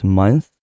month